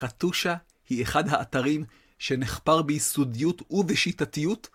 פטושה היא אחד האתרים שנחפר ביסודיות ובשיטתיות.